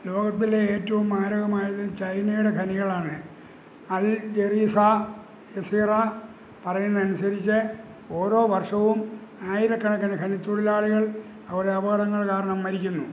ലോകത്തിലെ ഏറ്റവും മാരകമായതു ചൈനയുടെ ഖനികളാണ് അൽ ജറീസ ജസീറ പറയുന്നതനുസരിച്ച് ഓരോ വർഷവും ആയിരക്കണക്കിന് ഖനിത്തൊഴിലാളികൾ ഓരോ അപകടങ്ങൾ കാരണം മരിക്കുന്നു